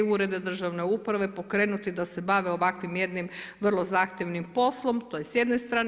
Ured državne uprave pokrenuti da se bave ovakvim jednim vrlo zahtjevnim poslom to je s jedne strane.